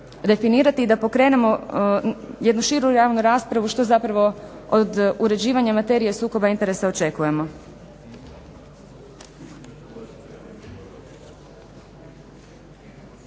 i da pokrenemo jednu širu javnu raspravu što zapravo od uređivanja materije sukoba interesa očekujemo.